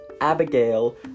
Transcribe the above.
Abigail